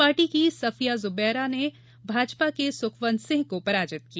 party की सफिया जुबैर ने भाजपा के सुखवंत सिंह को पराजित किया